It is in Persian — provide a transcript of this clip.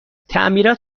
تعمیرات